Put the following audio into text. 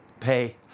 pay